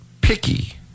picky